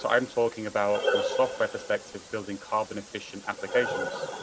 so i'm talking about, from a software perspective, building carbon efficient applications.